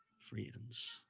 friends